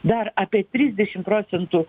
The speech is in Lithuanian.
dar apie trisdešim procentų